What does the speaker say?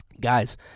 Guys